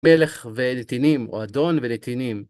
מלך ונתינים, או אדון ונתינים.